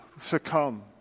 succumb